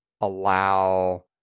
allow